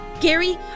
Gary